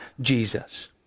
Jesus